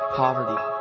poverty